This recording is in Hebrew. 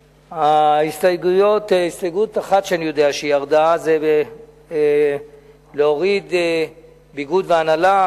הסתייגות אחת שאני יודע שירדה היא להוריד ביגוד והנעלה,